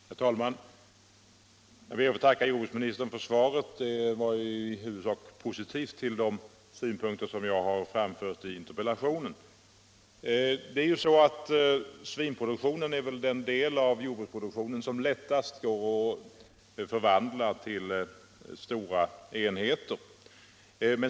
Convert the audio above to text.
Herr talman! Jag ber att få tacka jordbruksministern för svaret, som jag finner vara i huvudsak positivt vad gäller de synpunkter jag framfört i min interpellation. Svinproduktionen utgör nog den del av jordbruksproduktionen som lättast går att omvandla för drift i stora enheter.